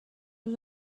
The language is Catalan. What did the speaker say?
los